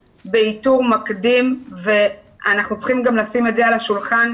באיתור מקדים ואנחנו צריכים גם לשים את זה על השולחן,